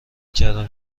کردم